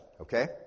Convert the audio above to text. Okay